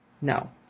No